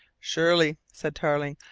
surely, said tarling.